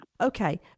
Okay